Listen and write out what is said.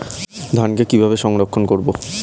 ধানকে কিভাবে সংরক্ষণ করব?